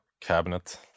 cabinet